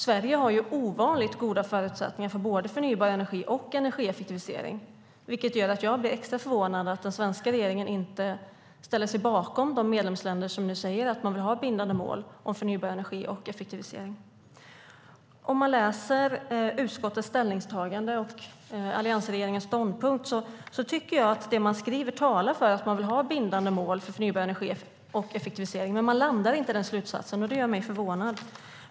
Sverige har ovanligt goda förutsättningar för både förnybar energi och energieffektivisering, vilket gör att jag blir extra förvånad över att den svenska regeringen inte ställer sig bakom de medlemsländer som säger att de vill ha bindande mål om förnybar energi och effektivisering. När det gäller utskottets ställningstagande och alliansregeringens ståndpunkt tycker jag att det man skriver i betänkandet talar för att man vill ha bindande mål för förnybar energi och effektivisering, men man landar inte i den slutsatsen. Det gör mig förvånad.